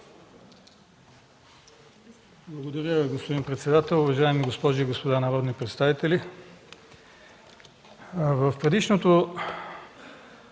Благодаря Ви, господин председател. Уважаеми госпожи и господа народни представители, в предишното